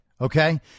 okay